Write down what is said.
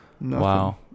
wow